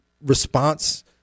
response